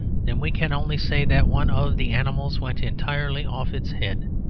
then we can only say that one of the animals went entirely off its head.